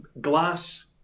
glass